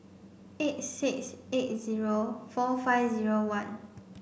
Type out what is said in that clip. eight six eight zero four five zero one